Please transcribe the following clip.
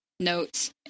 notes